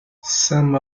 some